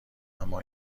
اما